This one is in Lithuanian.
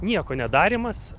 nieko nedarymas